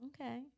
Okay